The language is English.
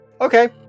Okay